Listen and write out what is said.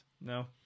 no